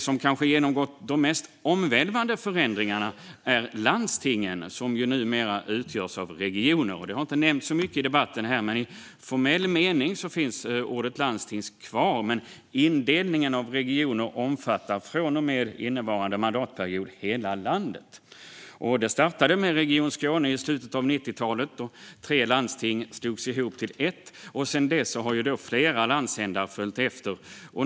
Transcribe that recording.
De kanske mest omvälvande förändringarna har landstingen genomgått; de utgörs ju numera av regioner. Detta har inte nämnts så mycket i debatten. I formell mening finns ordet "landsting" kvar, men indelningen i regioner omfattar från och med innevarande mandatperiod hela landet. Det startade med Region Skåne i slutet av 1990-talet, då tre landsting slogs ihop till ett, och sedan dess har flera landsändar följt efter.